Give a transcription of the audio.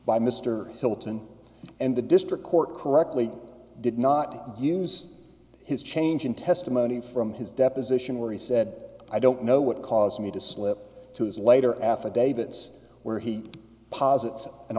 by mr hilton and the district court correctly did not use his change in testimony from his deposition where he said i don't know what caused me to slip to his later affidavits where he posit